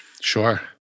Sure